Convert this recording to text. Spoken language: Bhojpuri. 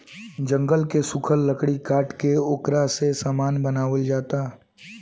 जंगल के सुखल लकड़ी काट के ओकरा से सामान बनावल जाता